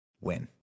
win